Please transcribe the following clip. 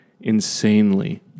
insanely